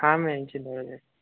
हाँ मैम चिंता मत कीजिए